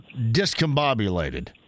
discombobulated